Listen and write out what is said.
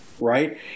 right